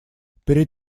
перед